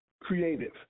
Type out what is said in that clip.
creative